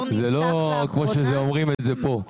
כן, זה לא כמו שאומרים את זה פה.